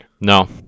No